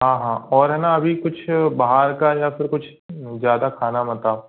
हाँ हाँ और है न अभी कुछ बाहर का या फिर कुछ ज्यादा खाना मत आप